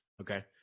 okay